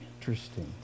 Interesting